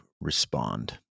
respond